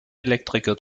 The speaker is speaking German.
elektriker